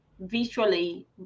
visually